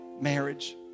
marriage